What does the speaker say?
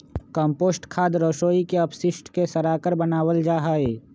compost खाद रसोई के अपशिष्ट के सड़ाकर बनावल जा हई